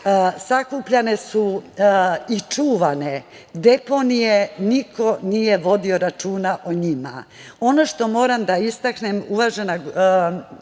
sakupljane su i čuvane deponije, niko nije vodio računa o njima. Ono što moram da istaknem, uvažena